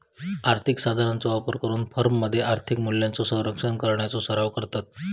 आर्थिक साधनांचो वापर करून फर्ममध्ये आर्थिक मूल्यांचो संरक्षण करण्याचो सराव करतत